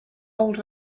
old